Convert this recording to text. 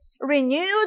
renewed